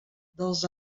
dels